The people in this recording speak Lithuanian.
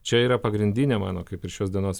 čia yra pagrindinė mano kaip ir šios dienos